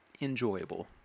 enjoyable